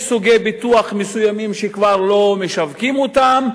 יש סוגי ביטוח מסוימים שכבר לא משווקים אותם,